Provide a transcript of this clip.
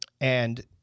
And-